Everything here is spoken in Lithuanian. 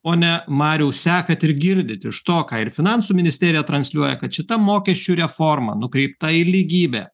pone mariau sekat ir girdit iš to ką ir finansų ministerija transliuoja kad šita mokesčių reforma nukreipta į lygybę